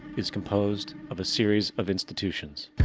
is composed of a series of institutions.